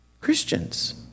Christians